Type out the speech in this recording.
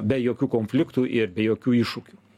be jokių konfliktų ir be jokių iššūkių